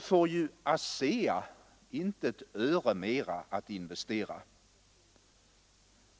får ju ASEA inte ett öre mer att investera.